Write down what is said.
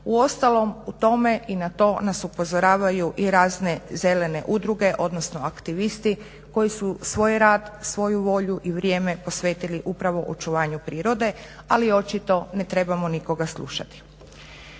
Uostalom u tome i na to nas upozoravaju i razne zelene udruge odnosno aktivisti koji su svoj rad, svoju volju i vrijeme posvetili upravo očuvanju prirode, ali očito ne trebamo nikoga slušati.